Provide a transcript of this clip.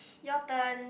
your turn